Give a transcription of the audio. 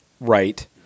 right